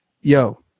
yo